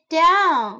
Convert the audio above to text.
down